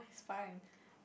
fine